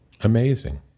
Amazing